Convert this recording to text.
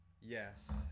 Yes